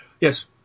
Yes